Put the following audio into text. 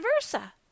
versa